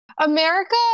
america